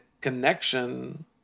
connection